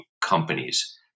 companies